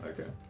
Okay